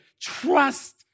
Trust